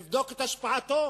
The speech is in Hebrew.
לבדוק את השפעתו